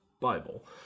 Bible